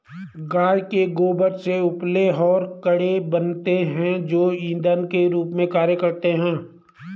गाय के गोबर से उपले और कंडे बनते हैं जो इंधन के रूप में कार्य करते हैं